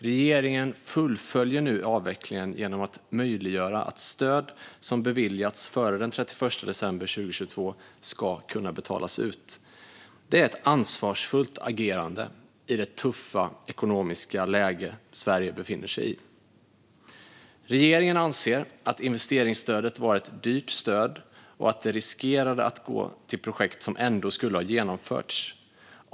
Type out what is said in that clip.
Regeringen fullföljer nu avvecklingen genom att se till att stöd som beviljats före den 31 december 2022 ska kunna betalas ut. Det är ett ansvarsfullt agerande i det tuffa ekonomiska läge som Sverige befinner sig i. Regeringen anser att investeringsstödet var ett dyrt stöd och att det riskerade att gå till projekt som ändå skulle ha genomförts.